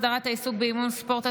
הסדרת העיסוק באימון ספורט),